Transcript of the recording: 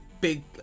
big